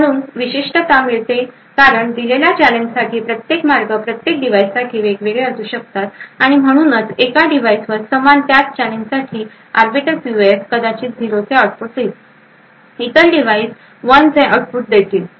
म्हणून विशिष्टता मिळते कारण दिलेल्या चॅलेंजसाठीचे प्रत्येक मार्ग प्रत्येक डिव्हाइससाठी वेगवेगळे असू शकतात आणि म्हणूनच एका डिव्हाइसवर समान त्याच चॅलेंजसाठी आर्बिटर पीयूएफ कदाचित 0 चे आउटपुट देईल तर इतर डिव्हाइस 1 चे आउटपुट देतील